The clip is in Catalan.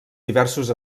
diversos